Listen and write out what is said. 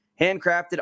handcrafted